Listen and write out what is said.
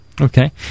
Okay